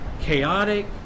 chaotic